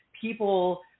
people